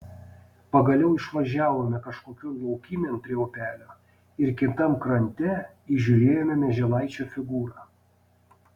pagaliau išvažiavome kažkokion laukymėn prie upelio ir kitam krante įžiūrėjome mieželaičio figūrą